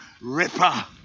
Ripper